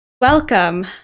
Welcome